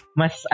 mas